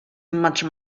much